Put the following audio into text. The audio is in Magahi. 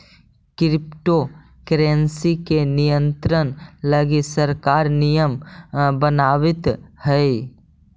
क्रिप्टो करेंसी के नियंत्रण लगी सरकार नियम बनावित हइ